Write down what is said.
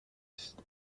نیست